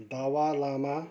दावा लामा